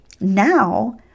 now